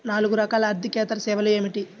నాలుగు రకాల ఆర్థికేతర సేవలు ఏమిటీ?